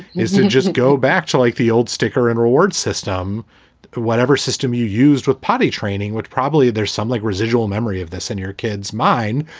it's just go back to like the old sticker and reward system for whatever system you used with potty training would probably there's some, like, residual memory of this in your kid's mind,